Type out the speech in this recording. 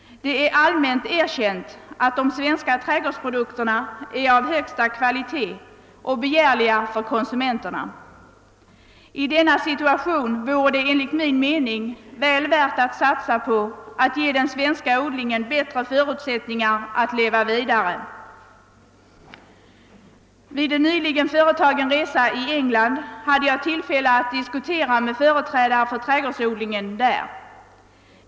Det är allmänt erkänt att de svenska trädgårdsprodukterna är av högsta kvalitet och begärliga för konsumenterna. I denna situation vore det enligt min mening väl värt att satsa på att ge den svenska odlingen bättre förutsättningar att leva vidare. Vid en nyligen företagen resa i England hade jag tillfälle att diskutera med företrädare för trädgårdsodlingen där.